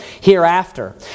hereafter